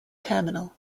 terminal